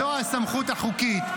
זו הסמכות החוקית.